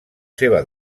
seva